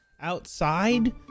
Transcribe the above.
outside